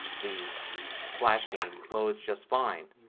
the flash game flows just fine.